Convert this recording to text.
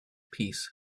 piece